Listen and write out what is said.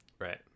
Right